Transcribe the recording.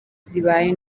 zibaye